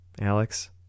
Alex